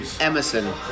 Emerson